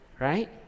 right